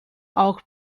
auch